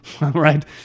right